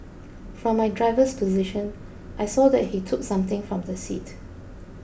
from my driver's position I saw that he took something from the seat